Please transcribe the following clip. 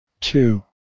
two